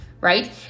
right